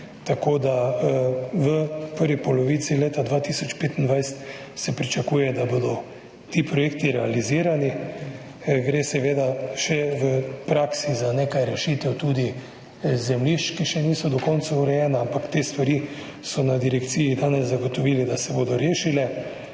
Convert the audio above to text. Tako da se v prvi polovici leta 2025 pričakuje, da bodo ti projekti realizirani. V praksi gre seveda še tudi za nekaj rešitev zemljišč, ki še niso do konca urejena, ampak za te stvari so na Direkciji danes zagotovili, da se bodo rešile